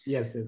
Yes